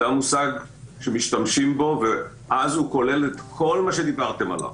זה המושג שמשתמשים בו ואז הוא כולל את כל מה שדיברתם עליו.